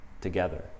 together